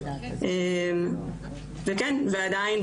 ועדיין,